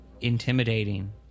intimidating